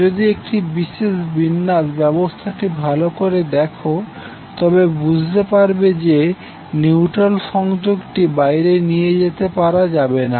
যদি এই বিশেষ বিন্যাস ব্যবস্থাটি ভালো করে দেখো তবে বুঝতে পারবে যাবে যে নিউট্রাল সংযোগটি বাইরে নিতে পারা যাবে না